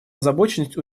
озабоченность